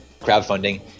crowdfunding